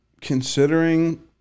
considering